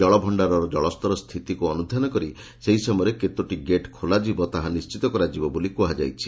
ଜଳଭଣାରର ଜଳସ୍ତର ସ୍ତିତିକୁ ଅନୁଧ୍ଯାନ କରି ସେହିସମୟରେ କେତୋଟି ଗେଟ୍ ଖୋଲାଯିବ ତାହା ନିଶ୍ୱିତ କରାଯିବ ବୋଲି କୁହାଯାଇଛି